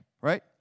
right